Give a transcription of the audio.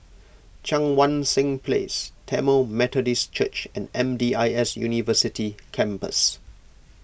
Cheang Wan Seng Place Tamil Methodist Church and M D I S University Campus